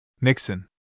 Nixon